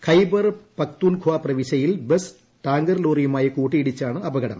ഖൈബർ പക്തൂൺഖ പ്രവിശ്യയിൽ bus tanker ലോറിയുമായി കൂട്ടിയിടിച്ചാണ് അപകടം